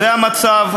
זה המצב.